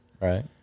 right